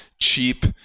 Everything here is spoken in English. cheap